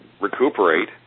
recuperate